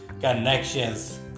connections